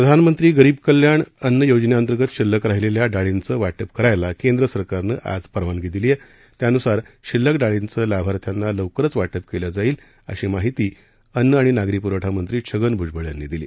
प्रधानमंत्री गरीब कल्याण अन्न योजनेअंतर्गत शिल्लक राहिलेल्या डाळींचं वाटप करायला केंद्र सरकारनं आज परवानगी दिली आहे त्यान्सार शिल्लक डाळीचं लाभार्थ्यांना लवकरच वाटप केलं जाईल अशी माहिती अन्न आणि नागरी पुरवठामंत्री छगन भुजबळ यांनी दिली